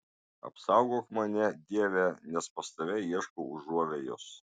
apsaugok mane dieve nes pas tave ieškau užuovėjos